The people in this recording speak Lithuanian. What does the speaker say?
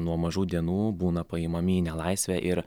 nuo mažų dienų būna paimami į nelaisvę ir